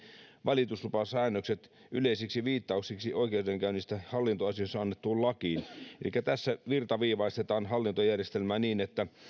valituslupasäännökset yleisiksi viittauksiksi oikeudenkäynnistä hallintoasioissa annettuun lakiin elikkä tässä virtaviivaistetaan hallintojärjestelmää niin että